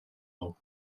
lung